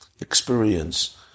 experience